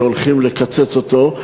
שהולכים לקצץ אותו,